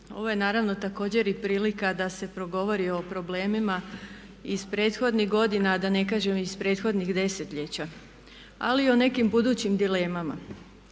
ovo je naravno također i prilika da se progovori o problemima iz prethodnih godina, a da ne kažem iz prethodnih desetljeća ali o nekim budućim dilemama.